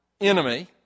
enemy